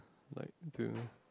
like to